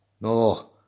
No